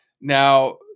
Now